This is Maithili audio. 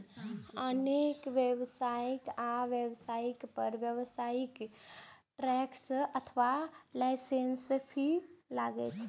अनेक व्यवसाय आ व्यवसायी पर व्यावसायिक टैक्स अथवा लाइसेंस फीस लागै छै